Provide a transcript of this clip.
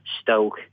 Stoke